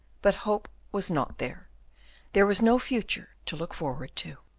but hope was not there there was no future to look forward to.